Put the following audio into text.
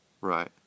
Right